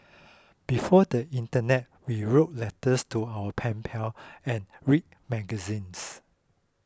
before the internet we wrote letters to our pen pal and read magazines